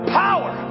power